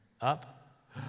Up